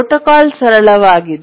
protocol ಸರಳವಾಗಿದೆ